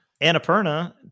Annapurna